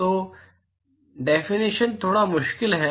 तो डेफिनेशन थोड़ी मुश्किल है